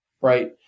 right